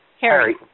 Harry